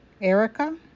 Erica